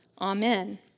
Amen